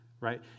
right